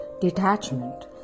detachment